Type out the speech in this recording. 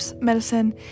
medicine